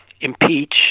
impeach